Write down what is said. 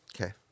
Okay